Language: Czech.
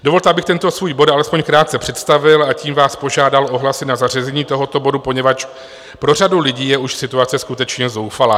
Dovolte, abych tento svůj bod alespoň krátce představil a tím vás požádal o hlasy na zařazení tohoto bodu, poněvadž pro řadu lidí je už situace skutečně zoufalá.